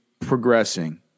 progressing